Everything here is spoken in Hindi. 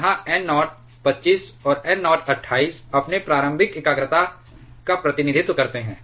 यहाँ N नॉट 25 और N नॉट 28 अपने प्रारंभिक एकाग्रता का प्रतिनिधित्व करते हैं